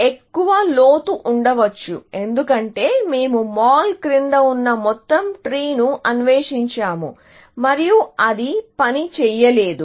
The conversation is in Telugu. ఎక్కువ లోతు ఉండవచ్చు ఎందుకంటే మేము మాల్ క్రింద ఉన్న మొత్తం ట్రీ ను అన్వేషించాము మరియు అది పని చేయలేదు